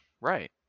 Right